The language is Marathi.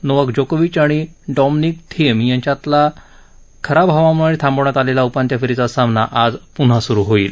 नोवाक जोकोविच आणि डॉमिनिक थिएम यांच्यातला खराब हवामानामुळे थांबवण्यात आलेला उपांत्य फेरीचा सामना आज पुन्हा सुरू होईल